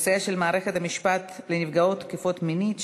יחסה של מערכת המשפט לנפגעות תקיפה מינית,